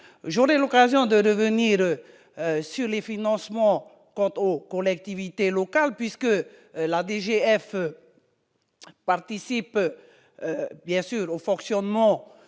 journée l'occasion de revenir sur les financements au collectivités locales puisque la DGF participe bien sûr au fonctionnement